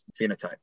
phenotype